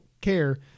care